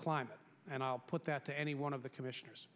climate and i'll put that to any one of the commissioners